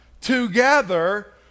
together